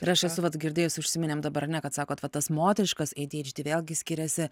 ir aš esu vat girdėjus užsiminėm dabar ne kad sakot va tas moteriškas ei dy eidž dy vėlgi skiriasi